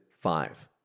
five